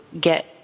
get